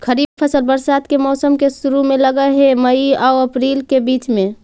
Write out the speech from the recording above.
खरीफ फसल बरसात के मौसम के शुरु में लग हे, मई आऊ अपरील के बीच में